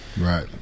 Right